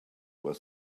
were